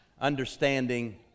understanding